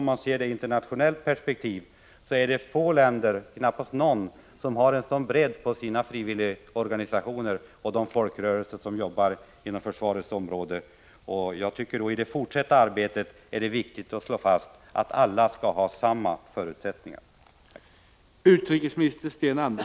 Om man ser saken i ett internationellt perspektiv är det få länder — kanske knappast något — som har en sådan bredd som Sverige när det gäller frivilligorganisationerna och de folkrörelser som jobbar inom försvarets område. I det fortsatta arbetet är det således viktigt att slå fast att alla skall ha samma förutsättningar.